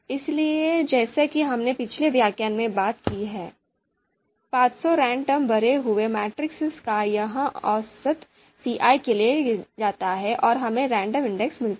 इसलिए जैसा कि हम पिछले व्याख्यान में भी बात कर चुके हैं 500 रैंडम भरे हुए मेट्रिसेस का यह औसत CI लिया जाता है और हमें रैंडम इंडेक्स मिलता है